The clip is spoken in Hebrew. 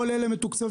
כל אלה מתוקצבים?